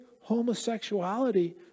homosexuality